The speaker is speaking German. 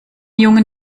jungen